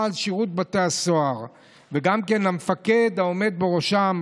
לשירות בתי הסוהר וגם למפקד העומד בראשם,